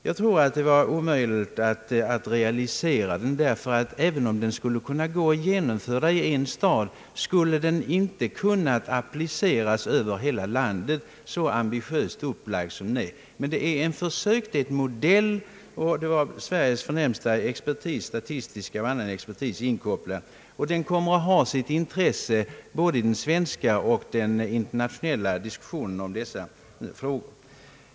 Jag tror att det var omöjligt att realisera den, ty även om det skulle ha gått att genomföra den i en stad, skulle den inte ha kunnat appliceras över hela landet, så ambitiöst upplagd som den var. Det var emellertid ett försök, en modell. Sveriges förnämsta expertis på statistik m.m. var inkopplad på detta försök, och det uppslaget kommer att ha sitt intresse både i den svenska och den internationella diskussionen om dessa frågor.